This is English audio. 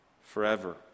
forever